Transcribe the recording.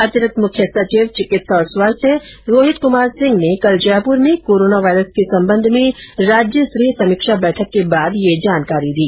अतिरिक्त मुख्य सचिव चिकित्सा और स्वास्थ्य रोहित कुमार सिंह ने कल जयपुर में कोरोना वायरस के संबंध में राज्यस्तरीय समीक्षा बैठक में यह जानकारी दी